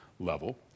level